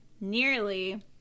nearly